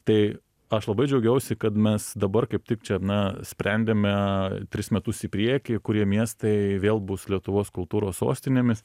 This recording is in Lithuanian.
tai aš labai džiaugiausi kad mes dabar kaip tik čia na sprendėme tris metus į priekį kurie miestai vėl bus lietuvos kultūros sostinėmis